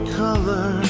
color